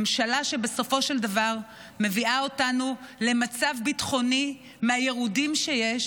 ממשלה שבסופו של דבר מביאה אותנו למצב ביטחוני מהירודים שיש,